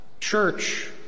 church